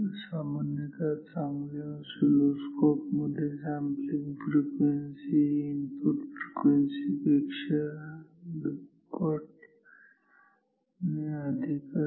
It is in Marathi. सामान्यतः चांगल्या ऑसिलोस्कोप मध्ये सॅम्पलिंग फ्रिक्वेन्सी ही इनपुट फ्रिक्वेन्सी पेक्षा दुप्पट पेक्षा अधिक असते